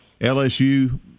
LSU